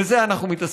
בזה אנחנו מתעסקים.